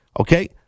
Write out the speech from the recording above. okay